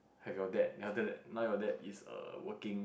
have your dad and after that now your dad is err working